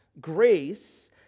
Grace